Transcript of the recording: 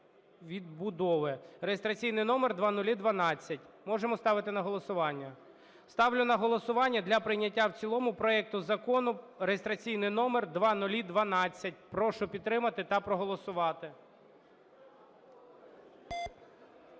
(реєстраційний номер 0012). Можемо ставити на голосування. Ставлю на голосування для прийняття в цілому проекту Закону реєстраційний номер 0012. Прошу підтримати та проголосувати.